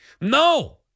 No